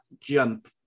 jump